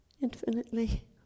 infinitely